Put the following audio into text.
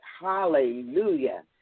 hallelujah